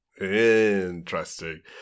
interesting